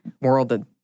world